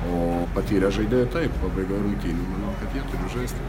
o patyrę žaidėjai taip pabaigoj rungtynių nu kad jie turi žaist